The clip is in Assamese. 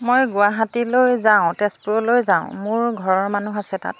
মই গুৱাহাটীলৈ যাওঁ তেজপুৰলৈ যাওঁ মোৰ ঘৰৰ মানুহ আছে তাত